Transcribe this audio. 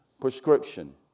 prescription